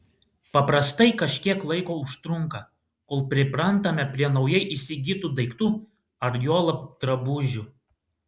paprastai kažkiek laiko užtrunka kol priprantame prie naujai įsigytų daiktų ar juolab drabužių